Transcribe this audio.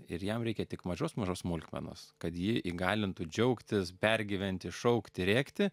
ir jam reikia tik mažos mažos smulkmenos kad jį įgalintų džiaugtis pergyventi šaukti rėkti